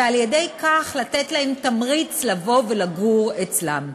ועל-ידי כך לתת להם תמריץ לבוא ולגור אצלן.